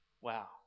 wow